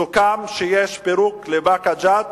סוכם שיש פירוק לבאקה ג'ת,